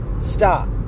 Stop